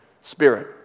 spirit